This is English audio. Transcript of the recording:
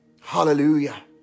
Hallelujah